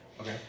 Okay